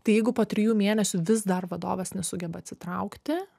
tai jeigu po trijų mėnesių vis dar vadovas nesugeba atsitraukti